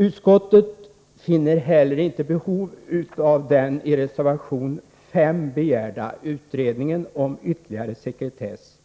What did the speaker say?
Utskottet finner heller inte behov av den i reservation 5 begärda utredningen om ytterligare sekretess